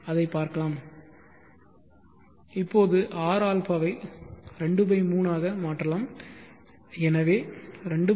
அதைப் பார்க்கலாம் இப்போது rα ஐ 23 ஆக மாற்றலாம் எனவே 23 r β கூறு 0